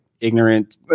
ignorant